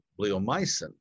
bleomycin